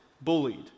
bullied